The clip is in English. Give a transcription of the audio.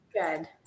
Good